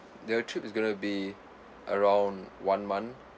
the trip is going to be around one month